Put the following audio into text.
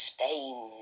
Spain